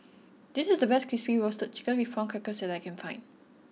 this is the best Crispy Roasted Chicken With Prawn Crackers that I can find